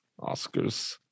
Oscars